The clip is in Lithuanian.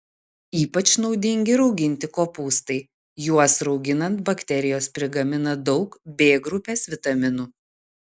ypač naudingi rauginti kopūstai juos rauginant bakterijos prigamina daug b grupės vitaminų